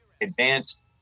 advanced